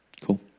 Cool